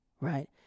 right